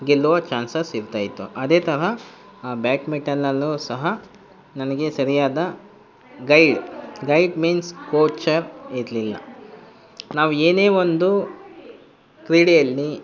ಗೆಲ್ಲುವ ಚ್ಯಾನ್ಸಸ್ ಇರ್ತಾಯಿತ್ತು ಅದೇ ತರಹ ಬ್ಯಾಟ್ಮಿಟನಲ್ಲೂ ಸಹ ನನಗೆ ಸರಿಯಾದ ಗೈಡ್ ಗೈಡ್ ಮೀನ್ಸ್ ಕೋಚರ್ ಇರಲಿಲ್ಲ ನಾವು ಏನೇ ಒಂದು ಕ್ರೀಡೆಯಲ್ಲಿ